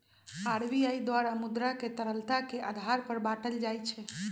RBI द्वारा मुद्रा के तरलता के आधार पर बाटल जाइ छै